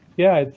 yeah,